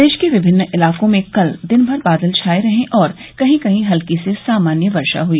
प्रदेश के विमिन्न इलाकों में कल दिन भर बादल छाये रहे और कहीं कहीं हल्की से सामान्य वर्षा हुई